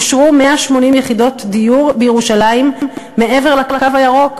אושרו 180 יחידות דיור בירושלים מעבר לקו הירוק.